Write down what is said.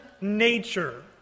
nature